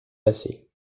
passée